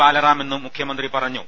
ബാലറാം എന്നും മുഖ്യമന്ത്രി പറഞ്ഞു